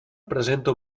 presenta